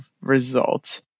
result